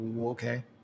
okay